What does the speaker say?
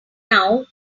now